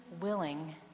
willing